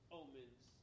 omens